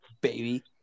baby